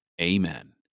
Amen